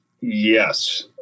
yes